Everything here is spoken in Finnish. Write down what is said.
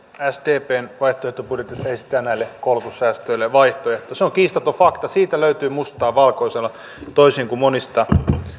sdpn vaihtoehtobudjetissa esitetään näille koulutussäästöille vaihtoehto se on kiistaton fakta siitä löytyy mustaa valkoisella toisin kuin monista